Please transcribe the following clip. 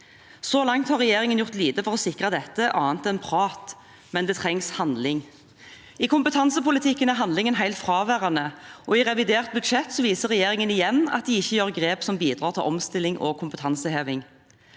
Så langt har regjeringen gjort lite for å sikre dette, annet enn prat, men det trengs handling. I kompetansepolitikken er handlingen helt fraværende, og i revidert budsjett viser regjeringen igjen at de ikke tar grep som bidrar til omstilling og kompetanseheving.